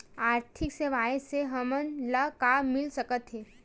आर्थिक सेवाएं से हमन ला का मिल सकत हे?